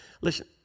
Listen